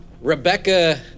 Rebecca